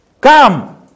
come